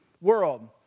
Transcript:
world